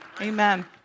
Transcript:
Amen